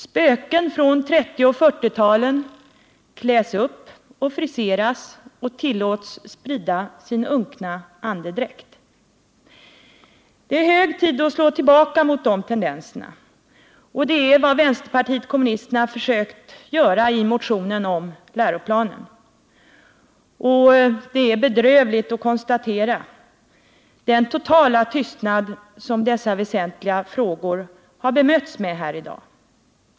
Spöken från 1930 och 1940-talen kläs upp och friseras och tillåts sprida sin unkna andedräkt. Det är hög tid att slå tillbaka mot dessa tendenser, och det är vad vänsterpartiet kommunisterna har försökt göra i sin motion om läroplanen. Det är bedrövligt att behöva konstatera den totala tystnad som dessa väsentliga frågor har bemötts med här i dag.